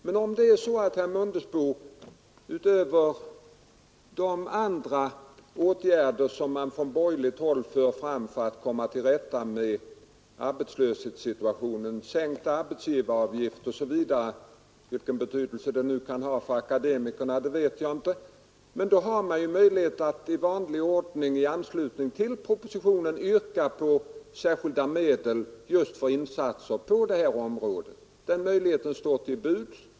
Men om herr Mundebo utöver de åtgärder som man från borgerligt håll för fram för att komma till rätta med arbetslöshetssituationen — sänkta arbetsgivaravgifter osv.; vilken betydelse det nu kan ha för akademikerna vet jag inte — har han möjlighet att i vanlig ordning i anslutning till propositionen yrka på särskilda medel just för insatser på detta område. Den möjligheten står till buds.